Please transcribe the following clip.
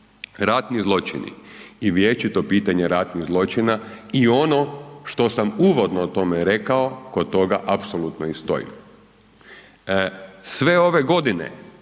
Ratni zločini i vječito pitanje ratnih zločina i ono što sam uvodno o tome rekao, kod toga apsolutno i stojim. Sve ove godine